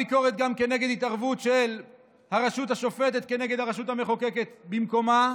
גם הביקורת על התערבות של הרשות השופטת כנגד הרשות המחוקקת במקומה.